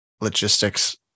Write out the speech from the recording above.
Logistics